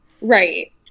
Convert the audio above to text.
right